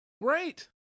Right